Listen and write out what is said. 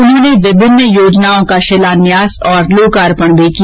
उन्होंने विभिन्न योजनाओं का शिलान्यास और लोकार्पण भी किया